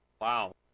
Wow